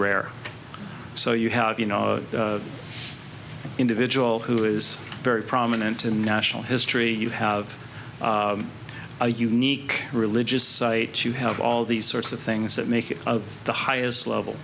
rare so you have you know individual who is very prominent in national history you have a unique religious sites you have all these sorts of things that make it of the highest level